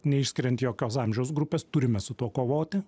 neišskiriant jokios amžiaus grupės turime su tuo kovoti